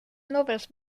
novels